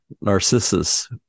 Narcissus